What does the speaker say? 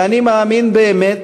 "ואני מאמין באמת